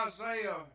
Isaiah